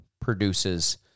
produces